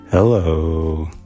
Hello